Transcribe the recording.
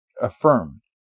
affirm